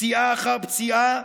פציעה אחר פציעה,